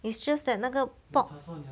it's just that 那个 pork